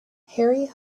harry